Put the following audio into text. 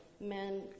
men